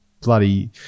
bloody